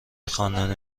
خواندن